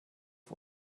auf